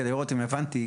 כדי לראות אם הבנתי,